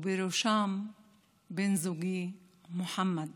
ובראשם בן זוגי מוחמד